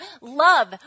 love